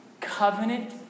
covenant